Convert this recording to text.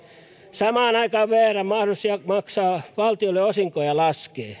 samaan aikaan vrn mahdollisuus maksaa valtiolle osinkoja laskee